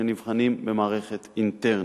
שנבחנים במערכת אינטרנית.